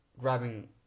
grabbing